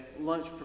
lunch